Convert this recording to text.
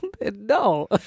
No